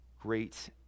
great